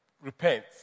repent